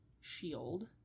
shield